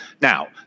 now